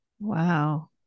Wow